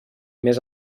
més